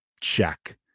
check